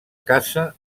caça